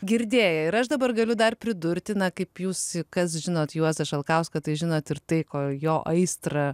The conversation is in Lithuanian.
girdėję ir aš dabar galiu dar pridurti na kaip jūs kas žinot juozą šalkauską tai žinot ir tai ko jo aistrą